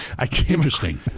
Interesting